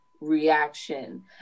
reaction